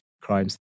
crimes